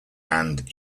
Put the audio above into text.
dilate